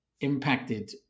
impacted